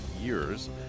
years